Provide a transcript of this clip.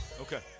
Okay